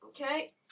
Okay